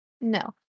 No